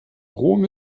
rom